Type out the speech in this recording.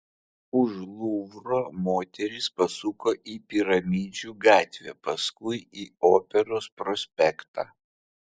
už luvro moterys pasuko į piramidžių gatvę paskui į operos prospektą